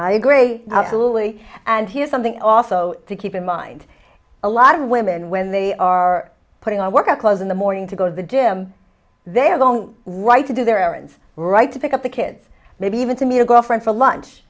i agree absolutely and here's something also to keep in mind a lot of women when they are putting on workout clothes in the morning to go to the gym they have only right to do their errands right to pick up the kids maybe even to me a girlfriend for lunch